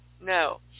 No